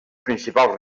principals